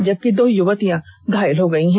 जबकि दो युवतियां घायल हो गई है